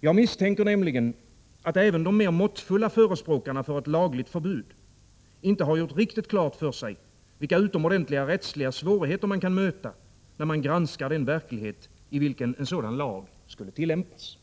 Jag misstänker nämligen att även de mer måttfulla förespråkarna för ett lagligt förbud inte har gjort riktigt klart för sig vilka utomordentliga rättsliga svårigheter man kan möta när man granskar den verklighet i vilken en sådan lag skulle tillämpas.